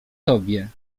tobie